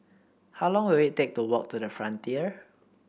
how long will it take to walk to the Frontier